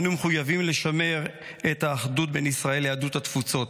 אנו מחויבים לשמר את האחדות בין ישראל ליהדות התפוצות.